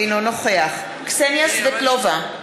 אינו נוכח קסניה סבטלובה,